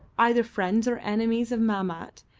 either friends or enemies of mahmat,